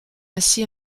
ainsi